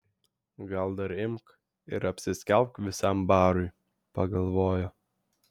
gal dar imk ir apsiskelbk visam barui pagalvojo